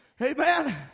Amen